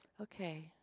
Okay